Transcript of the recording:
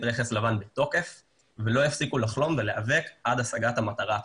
רכס לבן בתוקף ולא יפסיקו לחלום ולהיאבק עד השגת המטרה הצודקת.